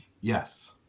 Yes